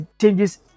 changes